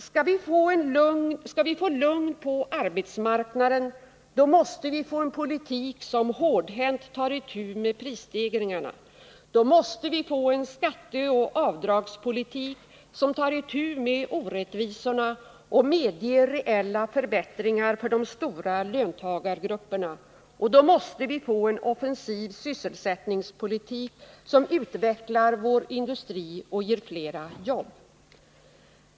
Skall vi få lugn på arbetsmarknaden måste vi få en politik som hårdhänt tar itu med prisstegringarna. Då måste vi få en skatteoch avdragspolitik som tar itu med orättvisorna och medger reella förbättringar för de stora löntagargrupperna. Och då måste vi få en offensiv sysselsättningspolitik som utvecklar vår industri och ger flera jobb.